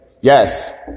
Yes